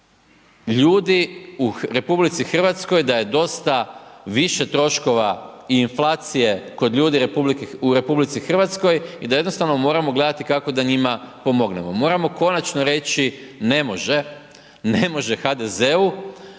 ljudi u RH, da je dosta više troškova i inflacije kod ljudi u RH i da jednostavno moramo gledati kako da njima pomognemo. Moramo konačno reći, ne može, ne može HDZ-u,